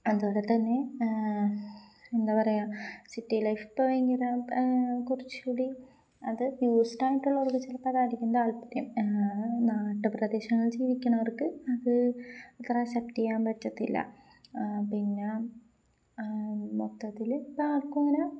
അതുപോലെ തന്നെ എന്താ പറയാ സിറ്റി ലൈഫ് ഇപ്പ ഭയങ്കര കുറച്ചൂടി അത് യൂസ്ഡായിയിട്ടുള്ളവർക്ക് ചെലപ്പ അതായിരിക്കുന്ന താല്പര്യം നാട്ടു പ്രദേശങ്ങൾ ജീവിക്കണവർക്ക് അത് അത്ര അസെപ്റ്റ് ചെയ്യാൻ പറ്റത്തില്ല പിന്ന മൊത്തത്തില് ഇപ്പ ആൾക്കുംങ്ങനെ